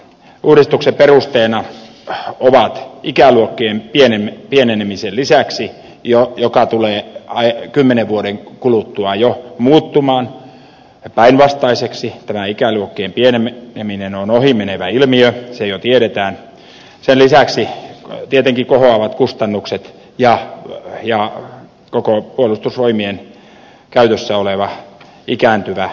uudistuksen perusteena on ikäluokkien pienenemisen lisäksi joka tulee kymmenen vuoden kuluttua jo muuttumaan päinvastaiseksi tämä ikäluokkien pieneneminen on ohimenevä ilmiö se jo tiedetään tietenkin kohoavat kustannukset ja puolustusvoimien käytössä oleva ikääntyvä materiaali